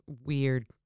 weird